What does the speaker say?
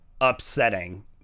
upsetting